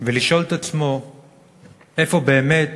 ולשאול את עצמו איפה באמת